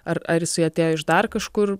ar ar jisai atėjo iš dar kažkur